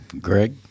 Greg